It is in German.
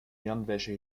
hirnwäsche